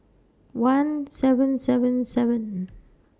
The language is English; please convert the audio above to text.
one seven seven seven